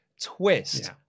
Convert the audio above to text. twist